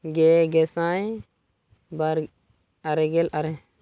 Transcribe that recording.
ᱜᱮ ᱜᱮᱥᱟᱭ ᱵᱟᱨ ᱟᱨᱮ ᱜᱮᱞ ᱟᱨᱮ